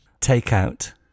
takeout